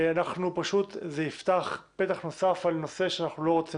פשוט זה יפתח פתח נוסף על נושא שאנחנו לא רוצים